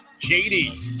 JD